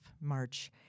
March